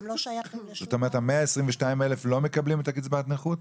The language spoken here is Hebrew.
זאת אומרת, ה-122,000 לא מקבלים את קצבת הנכות?